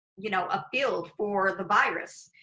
you know, a field for the virus.